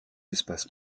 espaces